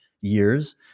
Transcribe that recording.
years